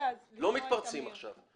לא מתפרצים עכשיו.